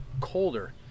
colder